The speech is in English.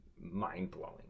mind-blowing